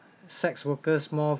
sex workers more